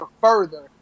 further